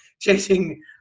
chasing